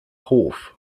hof